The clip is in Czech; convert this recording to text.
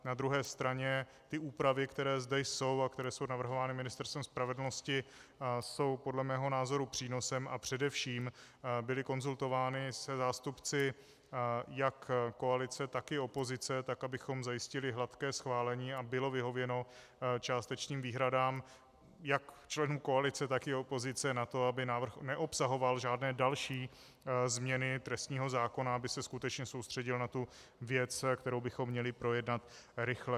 Na druhé straně úpravy, které zde jsou a které jsou navrhovány Ministerstvem spravedlnosti, jsou podle mého názoru přínosem a především byly konzultovány se zástupci jak koalice, tak i opozice, tak abychom zajistili hladké schválení a bylo vyhověno částečným výhradám jak členů koalice, tak i opozice na to, aby návrh neobsahoval žádné další změny trestního zákona, aby se skutečně soustředil na tu věc, kterou bychom měli projednat rychle.